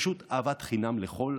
פשוט אהבת חינם לכול,